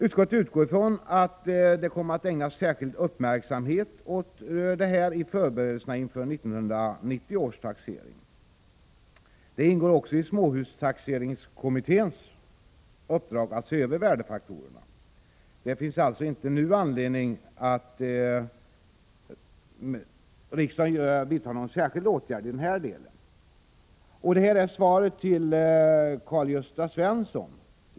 Utskottet utgår från att detta kommer att ägnas särskild uppmärksamhet i förberedelserna inför 1990 års taxering. Det ingår också i småhustaxeringskommitténs uppdrag att se över värdefaktorerna. Det finns alltså inte nu anledning för riksdagen att vidta någon särskild åtgärd i denna del. Detta är också ett svar till Karl-Gösta Svenson.